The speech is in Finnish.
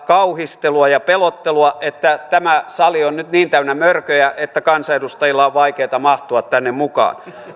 kauhistelua ja pelottelua että tämä sali on nyt niin täynnä mörköjä että kansanedustajien on vaikeata mahtua tänne mukaan